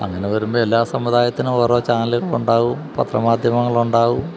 അങ്ങനെ വരുമ്പോള് എല്ലാ സമുദായത്തിനും ഓരോ ചാനലുകളുണ്ടാകും പത്രമാധ്യമങ്ങളുണ്ടാകും